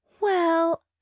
Well